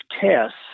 tests